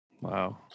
Wow